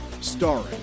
starring